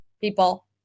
People